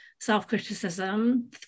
self-criticism